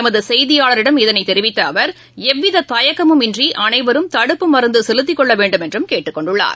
எமதுசெய்தியாளரிடம் இதனைதெரிவித்தஅவர் எவ்விததயக்கழம் இன்றிஅனைவரும் தடுப்பு மருந்துசெலுத்திக்கொள்ளவேண்டும் என்றுகேட்டுக்கொண்டுள்ளார்